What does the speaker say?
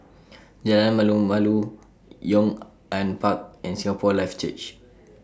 Jalan Malu Malu Yong An Park and Singapore Life Church